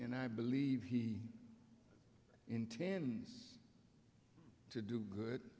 and i believe he intends to do good